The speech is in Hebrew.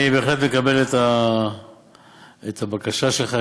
אני בהחלט מקבל את הבקשה שלך,